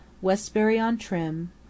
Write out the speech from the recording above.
westbury-on-Trim